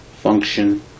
Function